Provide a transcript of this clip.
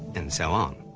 and so on.